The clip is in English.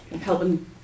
helping